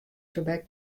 tebek